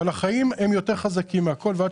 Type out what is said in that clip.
אבל החיים הם יותר חזקים מהכול ועד